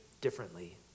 differently